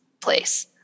place